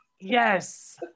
Yes